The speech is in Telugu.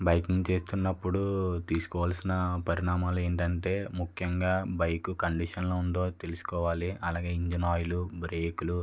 బైకింగ్ చేస్తున్న అప్పుడు తీసుకోవలసిన పరిణామాలు ఏమిటి అంటే ముఖ్యంగా బైక్ కండిషన్లో ఉందో తెలుసుకోవాలి అలాగే ఇంజిన్ ఆయిల్ బ్రేకులు